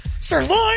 Sirloin